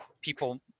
people